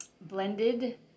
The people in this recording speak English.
Blended